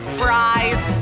fries